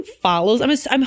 follows